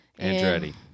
Andretti